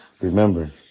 remember